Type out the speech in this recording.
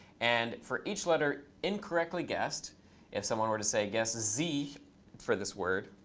and for each letter incorrectly guessed if someone were to say guess z for this word,